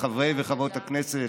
לחברי וחברות הכנסת,